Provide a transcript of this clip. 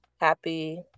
happy